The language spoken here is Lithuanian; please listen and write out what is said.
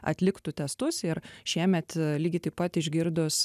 atliktų testus ir šiemet lygiai taip pat išgirdus